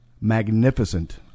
magnificent